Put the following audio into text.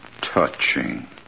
touching